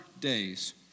days